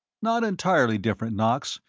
not entirely different, knox,